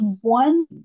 one